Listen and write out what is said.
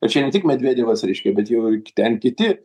kad čia ne tik medvedevas reiškia bet jau ir ten kiti